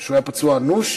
כשהוא היה פצוע אנוש,